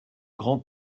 grand